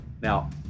Now